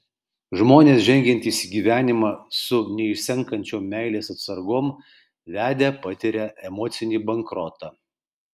žmonės žengiantys į gyvenimą su neišsenkančiom meilės atsargom vedę patiria emocinį bankrotą